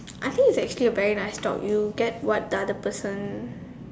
I think it's actually a very nice talk you get what the other person